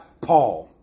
Paul